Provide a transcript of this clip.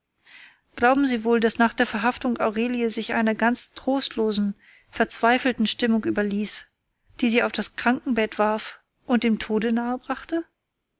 glauben sie wohl daß nach ihrer verhaftung aurelie sich einer ganz trostlosen verzweifelten stimmung überließ die sie auf das krankenbett warf und dem tode nahe brachte